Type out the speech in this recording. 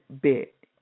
bit